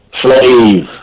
slave